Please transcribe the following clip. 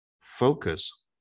Focus